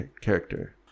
character